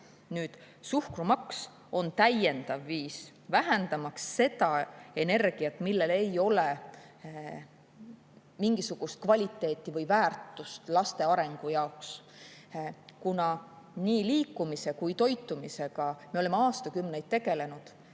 suhkrumaks on täiendav viis vähendamaks seda energiat, millel ei ole mingisugust kvaliteeti või väärtust laste arengu jaoks. Kuna nii liikumise kui ka toitumisega me oleme aastakümneid tegelenud